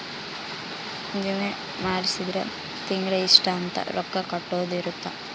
ವಿಮೆ ಮಾಡ್ಸಿದ್ರ ತಿಂಗಳ ಇಷ್ಟ ಅಂತ ರೊಕ್ಕ ಕಟ್ಟೊದ ಇರುತ್ತ